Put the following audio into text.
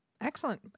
Excellent